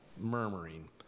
Murmuring